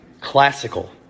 classical